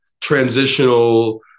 transitional